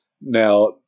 Now